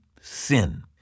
sin